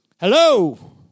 Hello